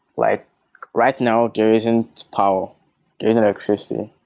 like right now there isn't power. there isn't electricity.